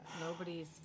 Nobody's